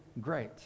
Great